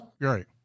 Right